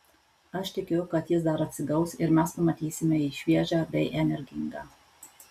aš tikiu kad jis dar atsigaus ir mes pamatysime jį šviežią bei energingą